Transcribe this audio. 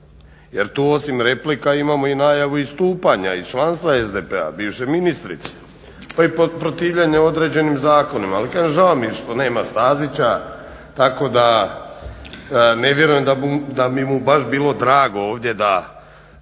jer tu osim replika imamo i najavu istupanja iz članstva SDP-a bivše ministrice pa i protivljenje određenim zakonom ali kažem žao mi je što nema Stazića tako da ne vjerujem da bi mu baš bilo drago ovdje da